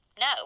No